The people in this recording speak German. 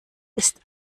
ist